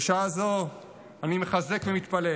בשעה זו אני מחזק ומתפלל,